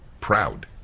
Proud